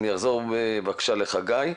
אני אחזור, בבקשה, לחגי.